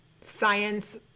Science